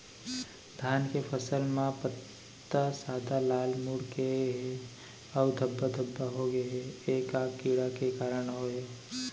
धान के फसल म पत्ता सादा, लाल, मुड़ गे हे अऊ धब्बा धब्बा होगे हे, ए का कीड़ा के कारण होय हे?